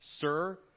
sir